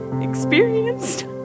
experienced